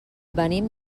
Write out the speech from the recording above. venim